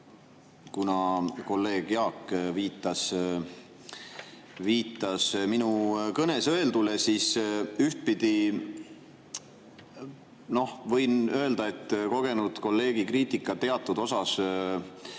kuna kolleeg Jaak viitas minu kõnes öeldule, siis ühtpidi võin öelda, et kogenud kolleegi kriitikaga teatud osas